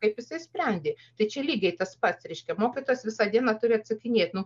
kaip jisai sprendė tai čia lygiai tas pats reiškia mokytojas visą dieną turi atsakinėt nu